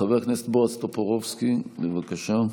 חבר הכנסת בועז טופורובסקי, בבקשה.